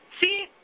See